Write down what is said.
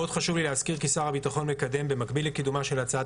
עוד חשוב לי להזכיר כי שר הביטחון מקדם במקביל לקידומה של הצעת